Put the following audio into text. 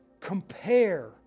compare